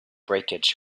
breakage